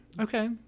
okay